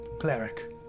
cleric